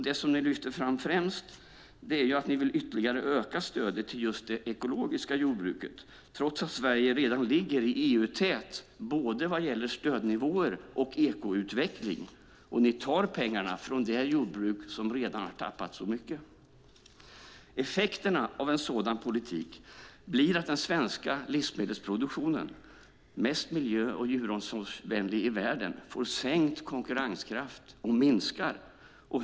Det som ni lyfter fram främst är att ni vill ytterligare öka stödet till just det ekologiska jordbruket, trots att Sverige redan ligger i EU-täten vad gäller både stödnivåer och ekoutveckling, och ni tar pengarna från det jordbruk som redan tappat så mycket. Effekten av en sådan politik blir att den svenska livsmedelsproduktionen, mest miljö och djuromsorgsvänlig i världen, får sänkt konkurrenskraft och minskar.